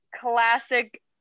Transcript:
classic